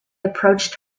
approached